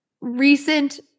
recent